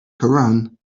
koran